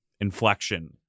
inflection